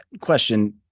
question